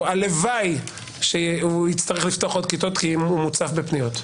שהלוואי שיצטרך לפתוח עוד כיתות כי הוא מוצף בפניות.